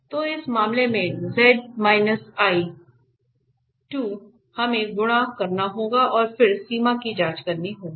तो इस मामले में हमें गुणा करना होगा और फिर सीमा की जांच करनी होगी